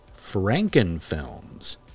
Frankenfilms